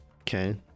Okay